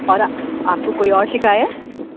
اور آپ کو کوئی اور شکایت